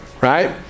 right